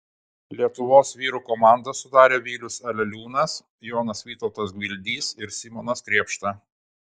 lietuvos vyrų komandą sudarė vilius aleliūnas jonas vytautas gvildys ir simonas krėpšta